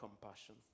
compassion